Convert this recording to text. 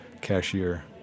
cashier